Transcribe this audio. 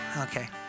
Okay